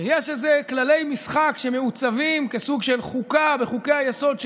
שיש איזה כללי משחק שמעוצבים כסוג של חוקה בחוקי-היסוד שלנו,